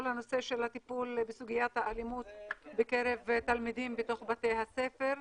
הטיפול בסוגיית האלימות בקרב תלמידים בתוך בתי הספר,